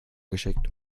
geschickt